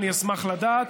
אני אשמח לדעת.